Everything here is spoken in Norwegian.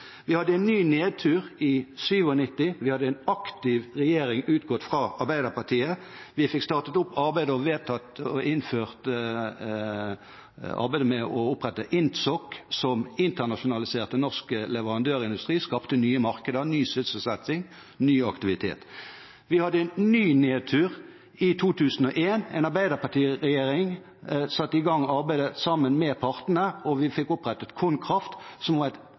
vi hadde en aktiv regjering, utgått fra Arbeiderpartiet. Vi startet opp arbeidet, fikk vedtatt og begynte arbeidet med å opprette INTSOK, som internasjonaliserte norsk leverandørindustri og skapte nye markeder, ny sysselsetting, ny aktivitet. Vi hadde en ny nedtur i 2001. En arbeiderpartiregjering satte i gang arbeidet sammen med partene, og vi fikk opprettet KonKraft, som